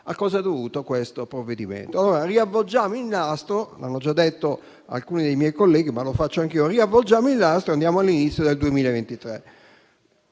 a cosa sia dovuto questo provvedimento. Allora, riavvolgiamo il nastro - l'hanno già detto alcuni dei miei colleghi, ma lo faccio anch'io - e andiamo all'inizio del 2023: